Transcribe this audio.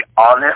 honest